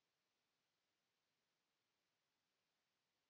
Kiitos